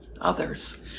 others